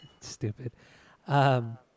Stupid